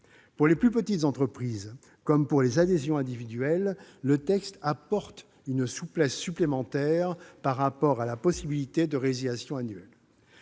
Pour les plus petites entreprises, comme pour les adhésions individuelles, le texte apporte une souplesse supplémentaire par rapport à la possibilité de résiliation annuelle.